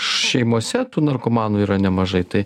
šeimose tų narkomanų yra nemažai tai